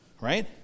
right